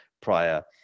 prior